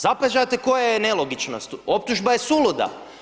Zapažate koja je nelogičnost, optužba je suluda.